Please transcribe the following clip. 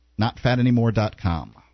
notfatanymore.com